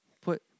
Put